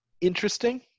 interesting